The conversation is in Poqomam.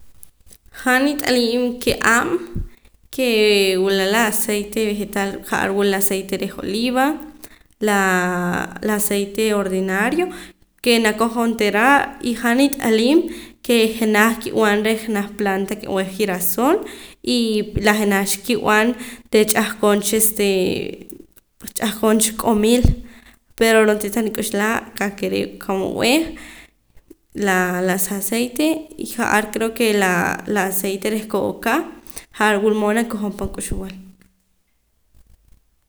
Han nit'aliim ka'ab' kee wula la aceite vegetal ja'ar wula la aceite reh oliva laa la aceite ordinario ke nakoj onteera y han nit'aliim ke jenaj kib'an reh jenaj plante ke b'eh girasol y la jenaj cha kib'an de ch'ahqon cha este ch'ahqon cha q'omil pero ro'ntii tani k'uxlaa qakere' qa'mood b'eh la sa aceite y ja'ar creo ke laa la aceite reh kooka ja'ar wulmood nakojom pan k'uxb'al